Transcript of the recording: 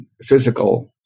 physical